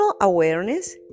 awareness